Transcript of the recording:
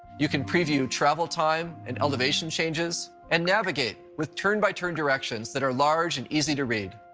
you can preview travel time and elevation changes and navigate with turn-by-turn directions that are large and easy to read.